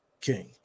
King